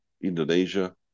Indonesia